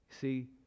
See